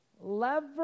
lever